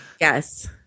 Yes